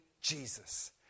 Jesus